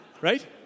Right